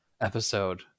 episode